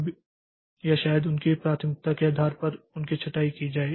अब या शायद उनकी प्राथमिकता के आधार पर उनकी छँटाई की जाए